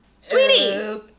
Sweetie